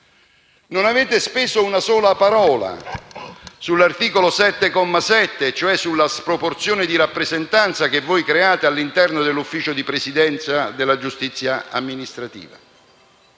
Non avete speso alcuna parola sull'articolo 7, comma 7, ovvero sulla sproporzione di rappresentanza che create all'interno del consiglio di presidenza della giustizia amministrativa.